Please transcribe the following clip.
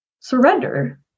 surrender